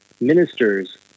ministers